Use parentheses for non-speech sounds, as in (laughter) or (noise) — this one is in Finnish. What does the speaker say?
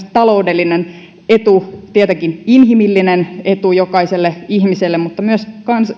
(unintelligible) taloudellinen etu tietenkin inhimillinen etu jokaiselle ihmiselle mutta myös